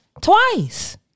Twice